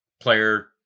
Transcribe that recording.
Player